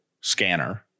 scanner